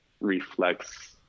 reflects